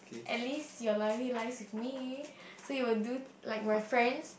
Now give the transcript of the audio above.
at least your loyalty lies with me so you will do like my friends